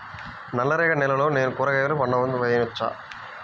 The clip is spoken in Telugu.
నల్ల రేగడి నేలలో నేను కూరగాయల పంటను వేయచ్చా?